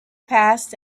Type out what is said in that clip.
passed